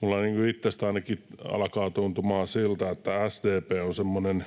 Minusta itsestäni ainakin alkaa tuntumaan siltä, että SDP on semmoinen